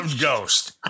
Ghost